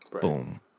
Boom